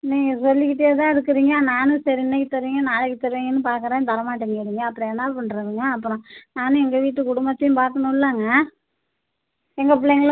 நீங்கள் சொல்லிக்கிட்டே தான் இருக்குறீங்க நானும் சரி இன்னைக்கு தருவீங்க நாளைக்கு தருவீங்கன்னு பார்க்கறேன் தர மாட்டேங்கறீங்க அப்றம் என்னாப் பண்ணுறதுங்க அப்புறம் நான் எங்கள் வீட்டு குடும்பத்தையும் பார்க்கணுல்லங்க எங்கள் பிள்ளைங்களை